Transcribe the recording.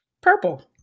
Purple